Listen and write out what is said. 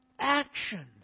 action